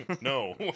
No